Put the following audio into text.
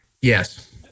Yes